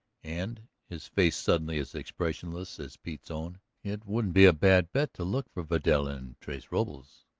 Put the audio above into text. and, his face suddenly as expressionless as pete's own, it wouldn't be a bad bet to look for vidal in tres robles,